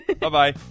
Bye-bye